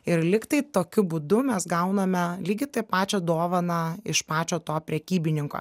ir lyg tai tokiu būdu mes gauname lygiai tą pačią dovaną iš pačio to prekybininko